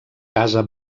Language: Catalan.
casa